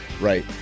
right